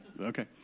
okay